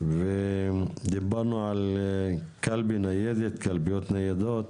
ודיברנו על קלפי ניידת, קלפיות ניידות,